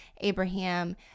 Abraham